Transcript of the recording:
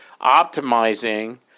optimizing